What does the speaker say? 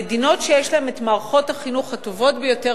המדינות שיש להן מערכות חינוך הטובות ביותר